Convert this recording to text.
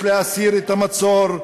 יש להתמודד עם הכיבוש,